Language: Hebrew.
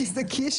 כי זה קיש,